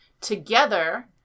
Together